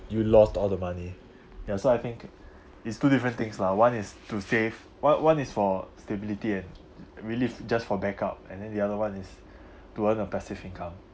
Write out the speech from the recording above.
you lost all the money ya so I think is two different things lah one is to save one one is for stability and relief just for backup and then the other one is to earn a passive income